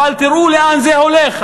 אבל תראו לאן זה הולך.